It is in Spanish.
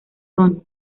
gun